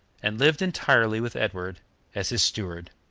and lived entirely with edward as his steward